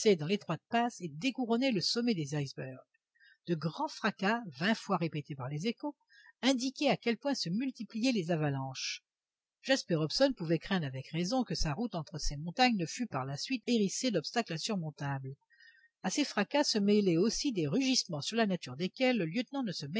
dans l'étroite passe et découronnait le sommet des icebergs de grands fracas vingt fois répétés par les échos indiquaient à quel point se multipliaient les avalanches jasper hobson pouvait craindre avec raison que sa route entre ces montagnes ne fut par la suite hérissée d'obstacles insurmontables à ces fracas se mêlaient aussi des rugissements sur la nature desquels le lieutenant ne se